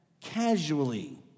casually